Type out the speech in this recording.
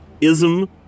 -ism